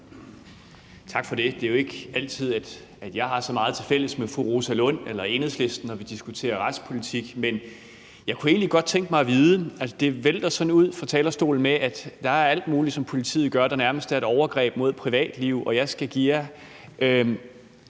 Tak for det. Det er jo ikke altid, jeg har så meget tilfælles med fru Rosa Lund eller Enhedslisten, når vi diskuterer retspolitik. Men det vælter ud fra talerstolen med, at der er alt muligt, som politiet gør, der nærmest er et overgreb mod privatlivet, og jeg skal give jer,